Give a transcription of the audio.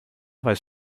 weißt